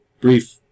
brief